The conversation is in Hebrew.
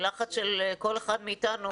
בלחץ של כל אחד מאתנו,